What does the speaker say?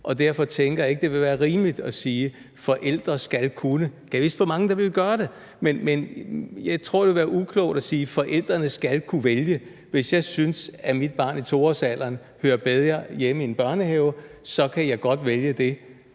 og derfor tænker jeg ikke, at det vil være rimeligt at sige, at forældre skal kunne – gad vide, hvor mange der ville gøre det. Men jeg tror, det ville være uklogt at sige, at forældrene skal kunne vælge. Hvis jeg synes, at mit barn i 2-årsalderen hører bedre hjemme i en børnehave, kan jeg godt vælge det,